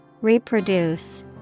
Reproduce